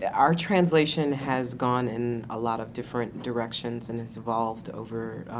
yeah we-our translation has gone in a lot of different directions and has evolved over,